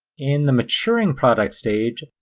in the maturing product stage,